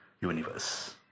universe